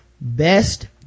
Best